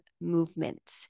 movement